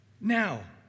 Now